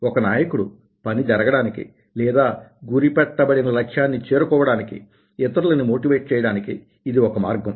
ఒక నాయకుడు పని జరగడానికి లేదా గురిపెట్ట బడిన లక్ష్యాన్ని చేరుకోవడానికి ఇతరులని మోటివేట్ చేయడానికి ఇది ఒక మార్గం